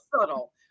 subtle